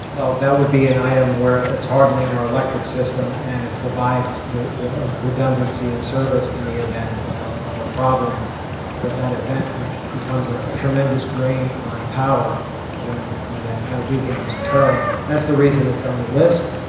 well, that would be an item where it's hardening our electric system and it provides the the redundancy and service in the event of a problem with that event, which becomes ah a tremendous drain on power when when that that weekend is occurring. that's the reason it's on the list.